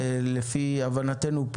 לפי הבנתנו,